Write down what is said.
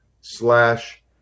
slash